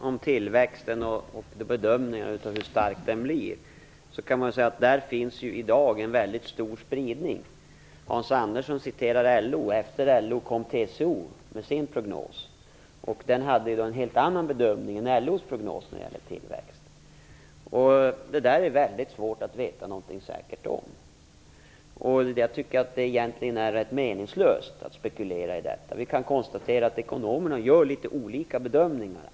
Herr talman! Det finns en stor spridning när det gäller bedömningarna av hur stark tillväxten kommer att bli. Hans Andersson citerar LO:s prognos. Efter LO kom TCO med en prognos för tillväxten som var helt annorlunda än LO:s prognos. Tillväxten är något som det är väldigt svårt att säkert veta något om. Jag tycker egentligen att det är ganska meningslöst att spekulera om den. Vi kan konstatera att ekonomerna gör litet olika bedömningar.